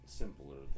simpler